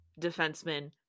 defenseman